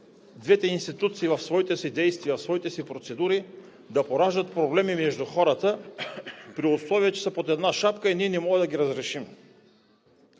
двете институции в своите си действия, в своите си процедури да пораждат проблеми между хората, при условие че са под една шапка и ние не можем да ги разрешим.